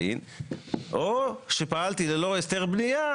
כן, אין לנו התנגדות.